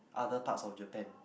other parts of Japan